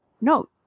No